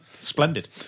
Splendid